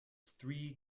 three